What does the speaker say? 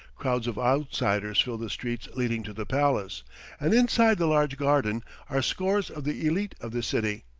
crowds of outsiders fill the streets leading to the palace, and inside the large garden are scores of the elite of the city,